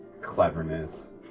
cleverness